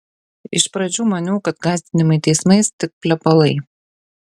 iš pradžių maniau kad gąsdinimai teismais tik plepalai